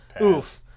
Oof